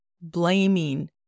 Blaming